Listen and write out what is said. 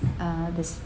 uh this